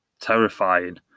terrifying